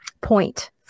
point